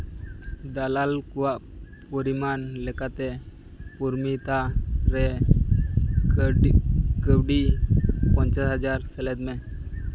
ᱫᱟᱞᱟᱞ ᱠᱚᱣᱟᱜ ᱯᱚᱨᱤᱢᱟᱱ ᱞᱮᱠᱟᱛᱮ ᱯᱳᱨᱳᱢᱤᱛᱟ ᱨᱮ ᱠᱟᱹᱣᱰᱤ ᱠᱟᱹᱣᱰᱤ ᱯᱚᱧᱪᱟᱥ ᱦᱟᱡᱟᱨ ᱥᱮᱞᱮᱫ ᱢᱮ